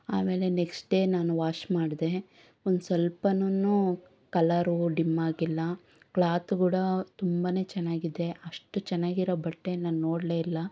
ಆಮೇಲೆ next day ನಾನು wash ಮಾಡಿದೆ ಒಂದು ಸ್ವಲ್ಪನೂ ಕಲರು ಡಿಮ್ ಆಗಿಲ್ಲ ಕ್ಲಾತು ಕೂಡ ತುಂಬನೇ ಚೆನ್ನಾಗಿದೆ ಅಷ್ಟು ಚೆನ್ನಾಗಿರೋ ಬಟ್ಟೆ ನಾನು ನೋಡಲೇ ಇಲ್ಲ